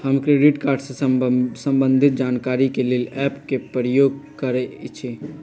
हम credit card से संबंधित जानकारी के लेल एप के प्रयोग करइछि